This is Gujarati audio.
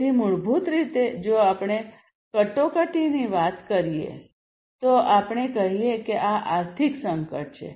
તેથી મૂળભૂત રીતે જો આપણે કટોકટીની વાત કરીએ તો આપણે કહીએ કે આ આર્થિક સંકટ છે